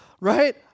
right